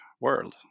world